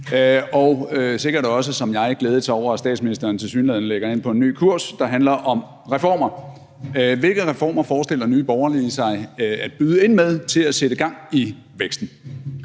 og sikkert også som jeg glædet sig over, at statsministeren tilsyneladende lægger an til en ny kurs, der handler om reformer. Hvilke reformer forestiller Nye Borgerlige sig at byde ind med til at sætte gang i væksten?